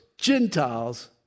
Gentiles